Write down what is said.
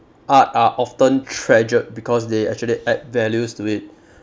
art are often treasured because they actually add values to it